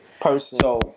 person